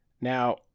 Now